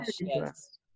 yes